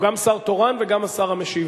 הוא גם שר תורן וגם השר המשיב.